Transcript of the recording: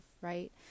right